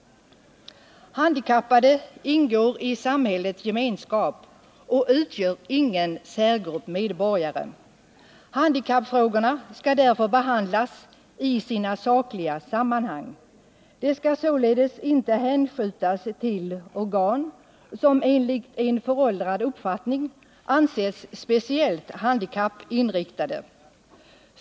Handikappade ingår i samhällets gemenskap och utgör ingen särgrupp av medborgare. Handikappfrågorna skall därför behandlas i sina sakliga sammanhang. De skall således inte hänskjutas till organ som enligt en föråldrad uppfattning anses speciellt handikappinriktade.